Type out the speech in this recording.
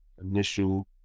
initial